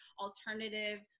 alternative